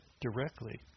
directly